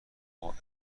باعث